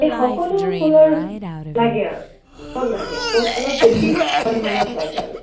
এই সকলো ফুলৰ লাগে আৰু সব লাগে বহুত অলপ বেছি পৰিমাণত লাগে আৰু